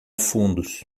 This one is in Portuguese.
fundos